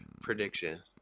prediction